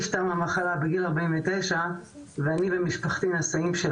נשמע גם נציגה של ארגוני חולים, אליס ענן, בזום.